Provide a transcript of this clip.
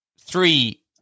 three